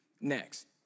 next